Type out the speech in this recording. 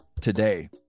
today